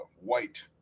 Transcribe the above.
white